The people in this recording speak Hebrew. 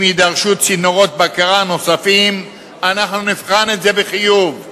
אם יידרשו צינורות בקרה נוספים אנחנו נבחן את זה בחיוב.